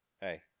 Hey